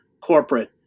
corporate